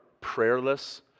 prayerless